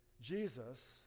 Jesus